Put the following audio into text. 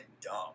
dumb